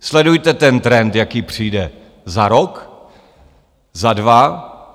Sledujte ten trend, jaký přijde za rok, za dva.